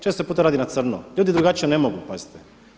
Često puta rade na crno, ljudi drugačije ne mogu, pazite.